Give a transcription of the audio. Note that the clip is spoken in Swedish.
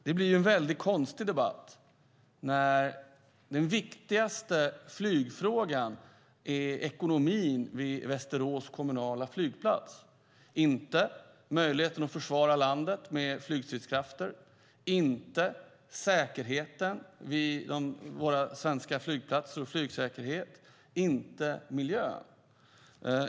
Det blir en väldigt konstig debatt när den viktigaste flygfrågan gäller ekonomin vid Västerås kommunala flygplats, inte möjligheten att försvara landet med flygstridskrafter, inte säkerheten vid våra svenska flygplatser, inte flygsäkerheten och inte miljön.